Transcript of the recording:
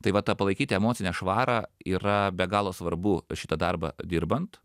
tai va ta palaikyti emocinę švarą yra be galo svarbu šitą darbą dirbant